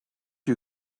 you